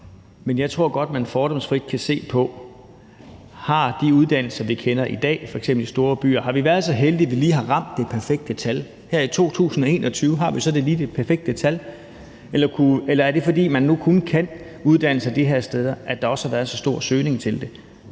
at man fordomsfrit kan se på, om vi, hvad angår de uddannelser, vi kender i dag, f.eks. i store byer, har været så heldige, at vi lige har ramt det perfekte tal? Her i 2021 har vi så lige det perfekte tal, eller er det, fordi man kun kan uddanne sig de her steder, at der også har været så stor søgning til det?